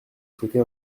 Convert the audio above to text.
souhaité